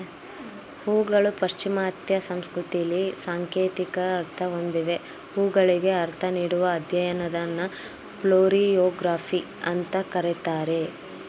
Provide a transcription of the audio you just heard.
ಹೂಗಳು ಪಾಶ್ಚಿಮಾತ್ಯ ಸಂಸ್ಕೃತಿಲಿ ಸಾಂಕೇತಿಕ ಅರ್ಥ ಹೊಂದಿವೆ ಹೂಗಳಿಗೆ ಅರ್ಥ ನೀಡುವ ಅಧ್ಯಯನನ ಫ್ಲೋರಿಯೊಗ್ರಫಿ ಅಂತ ಕರೀತಾರೆ